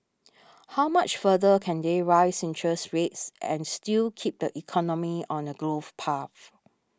how much further can they raise interest rates and still keep the economy on a growth path